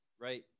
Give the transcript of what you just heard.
Right